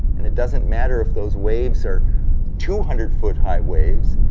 and it doesn't matter if those waves are two hundred foot high waves,